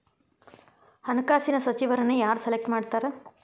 ಹಣಕಾಸಿನ ಸಚಿವರನ್ನ ಯಾರ್ ಸೆಲೆಕ್ಟ್ ಮಾಡ್ತಾರಾ